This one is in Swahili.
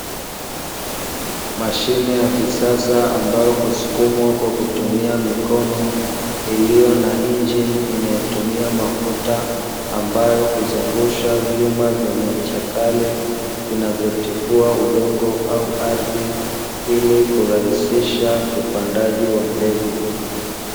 Mashine ya kisasa ambayo husukumwa kwa kutumia mikono, iliyo na injini inayotumia mafuta, ambayo huzungusha vyuma vyenye ncha kali, vinavyotifua udongo au ardhi ili kurahisisha upandaji wa mbegu.